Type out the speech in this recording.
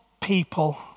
people